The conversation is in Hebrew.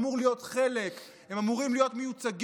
אמור להיות חלק, הם אמורים להיות מיוצגים.